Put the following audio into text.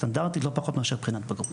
סטנדרטית לא פחות מאשר בחינת בגרות,